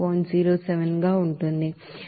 07 గా ఉంటుంది